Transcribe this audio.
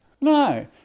No